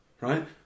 right